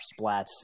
splats